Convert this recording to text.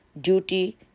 duty